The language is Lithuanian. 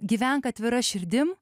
gyvenk atvira širdim